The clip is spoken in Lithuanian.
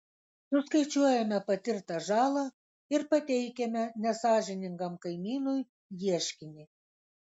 suskaičiuojame patirtą žalą ir pateikiame nesąžiningam kaimynui ieškinį